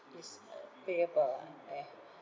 is a payable ah eh